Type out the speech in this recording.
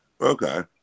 Okay